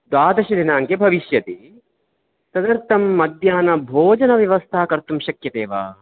द्वादशदिनाङ्के भविष्यति तदर्थं मध्याह्नभोजनव्यवस्था कर्तुं शक्यते वा